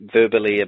verbally